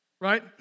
Right